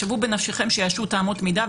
שוו בנפשכם שיאשרו את אמות המידה,